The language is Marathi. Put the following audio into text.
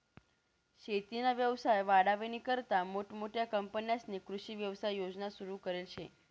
शेतीना व्यवसाय वाढावानीकरता मोठमोठ्या कंपन्यांस्नी कृषी व्यवसाय योजना सुरु करेल शे